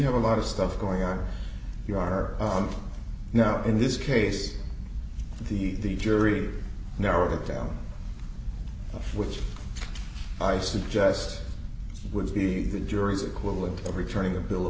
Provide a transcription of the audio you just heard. have a lot of stuff going are you are now in this case the jury narrowed it down which i suggest would be the jury's equivalent of returning a bill